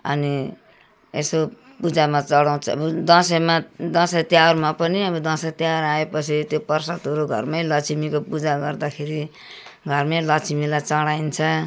अनि यसो पूजामा चढाउँछ दसैँमा दसैँ तिहारमा पनि अब दसैँ तिहार आए पछि त्यो प्रसादहरू घरमै लक्ष्मीको पूजा गर्दाखेरि घरमै लक्ष्मीलाई चढाइन्छ